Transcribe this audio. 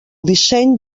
disseny